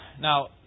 Now